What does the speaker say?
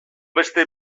beste